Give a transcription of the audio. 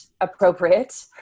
appropriate